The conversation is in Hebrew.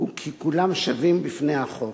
הוא שכולם שווים בפני החוק,